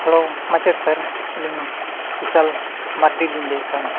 ᱢᱟᱪᱮᱛ ᱟᱹᱞᱤᱧ ᱠᱩᱥᱟᱞ ᱢᱟᱨᱰᱤ ᱞᱤᱧ ᱞᱟᱹᱭᱮᱫ ᱛᱟᱦᱮᱱ